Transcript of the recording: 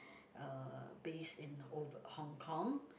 uh based in ov~ Hong-Kong